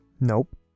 Nope